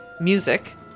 Music